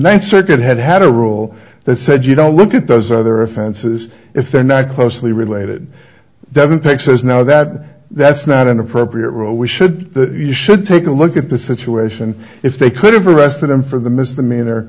ninth circuit had had a rule that said you don't look at those other offenses if they're not closely related doesn't pictures now that that's not an appropriate role we should you should take a look at the situation if they could have arrested him for the misdemeanor